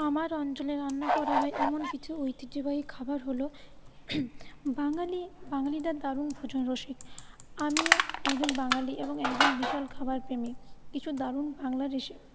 আমার অঞ্চলে রান্না করা হয় এমন কিছু ঐতিহ্যবাহী খাবার হল বাঙালি বাঙালিরা দারুন ভোজনরসিক আমিও একজন বাঙালি এবং একজন বিশাল খাবারপ্রেমী কিছু দারুন বাংলার রেসিপি